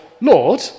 Lord